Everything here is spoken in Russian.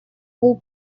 был